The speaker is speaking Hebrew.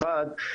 אחד,